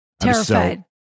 Terrified